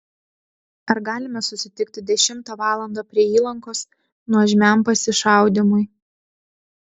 ar galime susitikti dešimtą valandą prie įlankos nuožmiam pasišaudymui